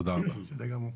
תודה רבה.